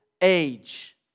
age